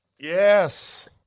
yes